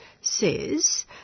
says